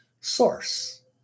source